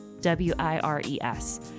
w-i-r-e-s